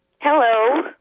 Hello